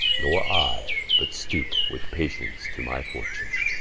nor i, but stoupe with patience to my fortune.